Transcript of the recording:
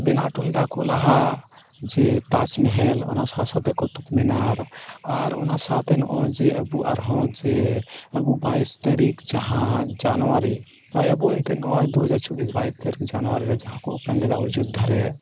ᱵᱮᱱᱟᱣ ᱚᱴᱚ ᱞᱮᱫᱟ ᱠᱚ ᱞᱟᱦᱟ ᱡᱮ ᱛᱟᱡᱢᱮᱦᱮᱞ ᱚᱱᱟ ᱥᱟᱶ ᱥᱟᱶᱛᱮ ᱠᱩᱛᱩᱠ ᱢᱤᱱᱟᱨ ᱟᱨ ᱚᱱᱟ ᱥᱟᱶᱛᱮ ᱱᱚᱜ ᱚᱭ ᱡᱮ ᱟᱵᱚ ᱟᱨᱦᱚᱸ ᱡᱮ ᱟᱵᱚ ᱵᱟᱭᱤᱥ ᱛᱟᱨᱤᱠᱷ ᱡᱟᱦᱟᱸ ᱡᱟᱱᱩᱭᱟᱨᱤ ᱦᱚᱜ ᱚᱭ ᱟᱵᱚ ᱮᱱᱛᱮᱫ ᱱᱚᱜ ᱚᱭ ᱫᱩᱦᱟᱡᱟᱨ ᱪᱚᱵᱤᱥ ᱵᱟᱭᱤᱥ ᱛᱟᱨᱤᱠᱷ ᱡᱟᱱᱩᱭᱟᱨᱤ ᱡᱟᱦᱟᱸ ᱠᱚ ᱳᱯᱮᱱ ᱞᱮᱫᱟ ᱚᱡᱳᱡᱽᱫᱷᱟ